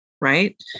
Right